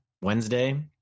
wednesday